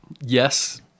Yes